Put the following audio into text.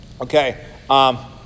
okay